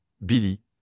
Billy